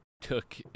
took –